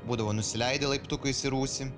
būdavo nusileidi laiptukais į rūsį